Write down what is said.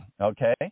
okay